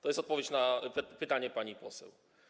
To jest odpowiedź na pytanie pani poseł.